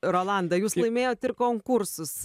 rolanda jūs laimėjot ir konkursus